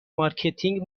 مارکتینگ